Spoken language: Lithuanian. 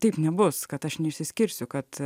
taip nebus kad aš neišsiskirsiu kad